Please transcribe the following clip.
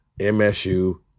MSU